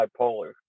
bipolar